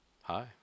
Hi